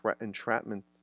entrapment